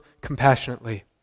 compassionately